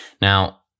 Now